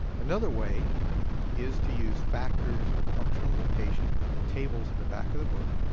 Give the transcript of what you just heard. another way is to use factors and functional notation in the tables in the back of the book.